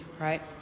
right